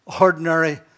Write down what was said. ordinary